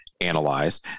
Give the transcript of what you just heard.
analyze